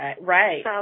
right